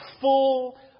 full